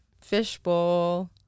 fishbowl